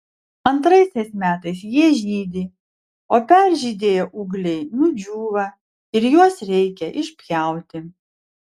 antraisiais metais jie žydi o peržydėję ūgliai nudžiūva ir juos reikia išpjauti